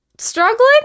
struggling